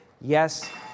Yes